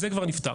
זה כבר נפתר.